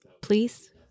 Please